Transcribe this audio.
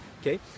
okay